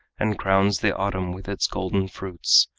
and crowns the autumn with its golden fruits,